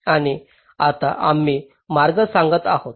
आणि आता आम्ही मार्ग सांगत आहोत